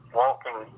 walking